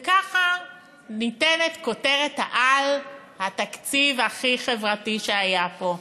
וככה ניתנת כותרת-העל: התקציב הכי חברתי שהיה פה.